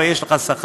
הרי יש לך שכר,